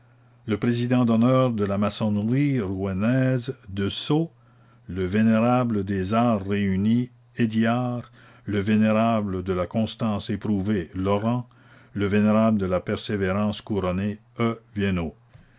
le président d'honneur de la maçonnerie rouennaise desseaux le vénérable des arts réunis hédiard le vénérable de la constance éprouvée lorand le vénérable de la persévérance couronnée e vienot